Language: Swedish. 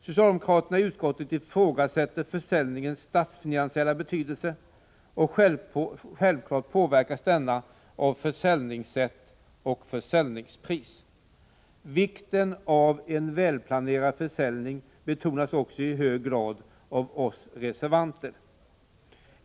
Socialdemokraterna i utskottet ifrågasätter försäljningens statsfinansiella betydelse, och självfallet påverkas denna av försäljningssätt och försäljningspris. Vikten av en välplanerad försäljning betonas också i hög grad av oss reservanter.